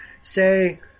Say